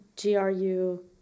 GRU